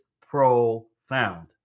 profound